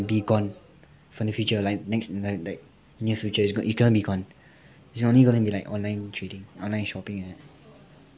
be gone for the future like next like like near near future it's going to be gone it's only going to be like online trading online shopping eh